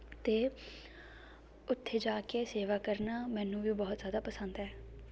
ਅਤੇ ਉੱਥੇ ਜਾ ਕੇ ਸੇਵਾ ਕਰਨਾ ਮੈਨੂੰ ਵੀ ਬਹੁਤ ਜ਼ਿਆਦਾ ਪਸੰਦ ਹੈ